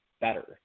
better